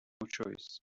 choice